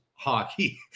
Hockey